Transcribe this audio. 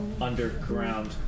underground